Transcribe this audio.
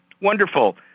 wonderful